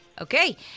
Okay